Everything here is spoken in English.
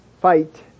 fight